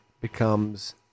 becomes